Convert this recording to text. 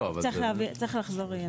צריך לחזור.